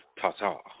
ta-ta